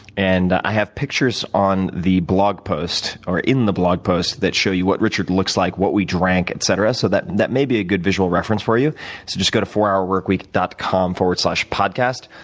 and i have pictures on the blog post, or in the blog post, that show you what richard looks like, what we drank, etc. so that that may be a good visual reference for you. so just go to fourhourworkweek dot com slash podcast,